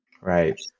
Right